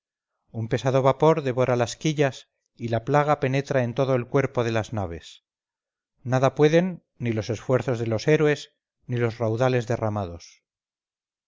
un pesado vapor devora las quillas y la plaga penetra en todo el cuerpo de las naves nada pueden ni los esfuerzos de los héroes ni los raudales derramados